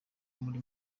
buri